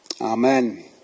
Amen